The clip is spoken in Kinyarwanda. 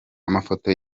amafoto